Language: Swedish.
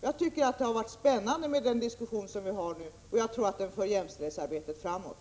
Jag tycker att det har varit spännande med den diskussion som vi har nu, och jag tror att den för jämställdhetsarbetet framåt.